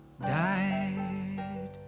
died